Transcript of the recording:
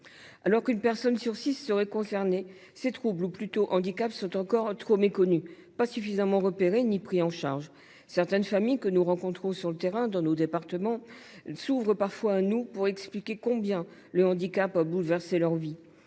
Alors qu’une personne sur six serait concernée, ces troubles ou, plutôt, ces handicaps sont encore trop méconnus, insuffisamment repérés ou pris en charge. Certaines familles que nous rencontrons sur le terrain, dans nos départements, se confient parfois à nous et expliquent combien le handicap a bouleversé leur vie.